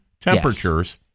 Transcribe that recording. temperatures